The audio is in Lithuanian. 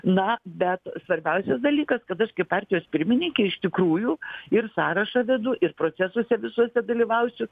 na bet svarbiausias dalykas kad aš kaip partijos pirmininkė iš tikrųjų ir sąrašą vedu ir procesuose visuose dalyvausiu